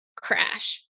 crash